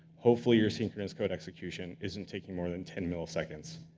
hopefully, your synchronous code execution isn't taking more than ten milliseconds.